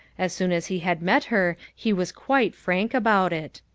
as soon as he had met her he was quite frank about it.